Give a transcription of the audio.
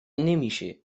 نمیشه